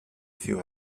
few